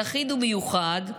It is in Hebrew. יחיד ומיוחד,